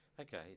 okay